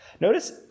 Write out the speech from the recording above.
Notice